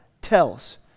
tells